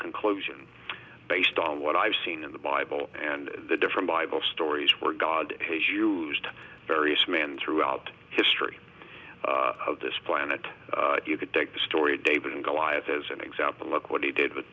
conclusion based on what i've seen in the bible and the different bible stories where god has used various men throughout history of this planet you could take the story of david and goliath as an example look what he did with